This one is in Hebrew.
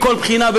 מכל בחינה,